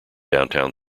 downtown